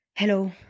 Hello